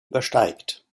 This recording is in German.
übersteigt